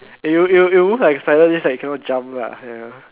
it will it will move like a spider just that it cannot jump lah you know